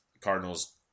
Cardinals